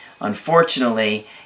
unfortunately